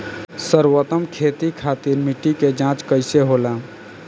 सर्वोत्तम खेती खातिर मिट्टी के जाँच कईसे होला?